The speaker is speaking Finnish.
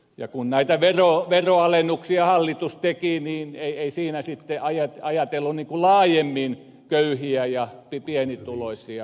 ja kun näitä veroalennuksia hallitus teki niin ei siinä sitten ajateltu niin kuin laajemmin köyhiä ja pienituloisia